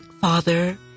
Father